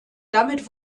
damit